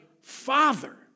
father